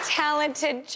talented